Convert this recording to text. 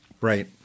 Right